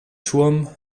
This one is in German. turm